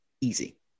easy